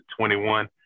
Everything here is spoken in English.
21